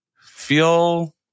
feel